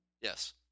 Yes